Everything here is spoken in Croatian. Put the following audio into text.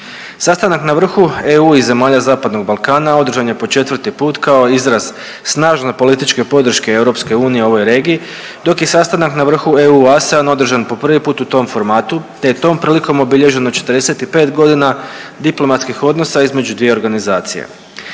Sastanak na vrhu EU i zemalja Zapadnog Balkana održan je po četvrti put kao izraz snažne političke podrške EU ovoj regiji, dok je sastanak na vrhu EU ASEAN održan po prvi put u tom formatu te je tom prilikom obilježeno 45 godina diplomatskih odnosa između tih dvije organizacije.